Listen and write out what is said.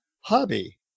hobby